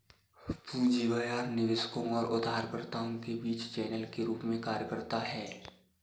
पूंजी बाजार निवेशकों और उधारकर्ताओं के बीच चैनल के रूप में कार्य करता है